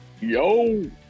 Yo